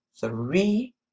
three